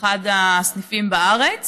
באחד הסניפים בארץ